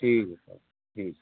ٹھیک ہے سر ٹھیک ہے